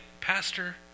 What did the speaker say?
Pastor